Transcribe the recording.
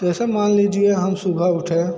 जैसे मान लीजिए हम सुबह उठे